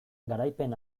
garaipen